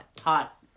Hot